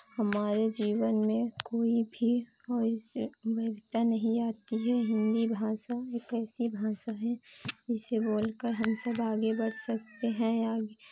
हमारे जीवन में कोई भी होइस वैभता नहीं आती है हिन्दी भाषा एक ऐसी भाषा है जिसे बोलकर हम सब आगे बढ़ सकते हैं आगे